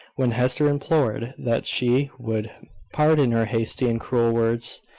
when hester implored that she would pardon her hasty and cruel words,